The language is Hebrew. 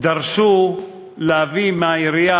דרש להביא מהעירייה,